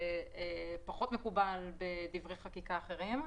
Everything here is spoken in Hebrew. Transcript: אבל זה פחות מקובל בדברי חקיקה אחרים.